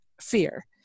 fear